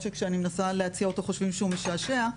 שכשאני מנסה להציע אותו חושבים שהוא משעשע,